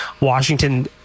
Washington